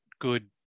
good